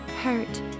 hurt